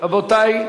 רבותי,